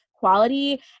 quality